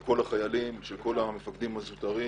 של כל החיילים, המפקדים הזוטרים